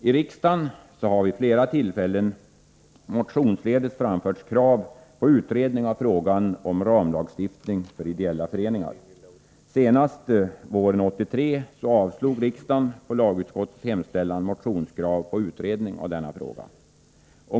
I riksdagen har vid flera tillfällen motionsledes framförts krav på utredning av frågan om ramlagstiftning för ideella föreningar. Senast våren 1983 avslog riksdagen på lagutskottets hemställan motionskrav om utredning av denna fråga.